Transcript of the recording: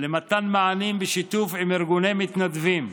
למתן מענים, בשיתוף עם ארגוני מתנדבים.